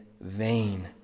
vain